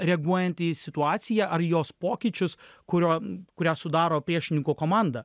reaguojant į situaciją ar jos pokyčius kurio kurią sudaro priešininkų komanda